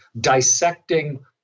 dissecting